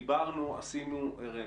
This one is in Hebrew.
'דיברנו, עשינו, הראינו'.